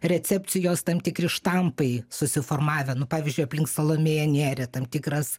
recepcijos tam tikri štampai susiformavę nu pavyzdžiui aplink salomėją nėrį tam tikras